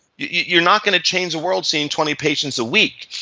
you're not gonna change the world seeing twenty patients a week.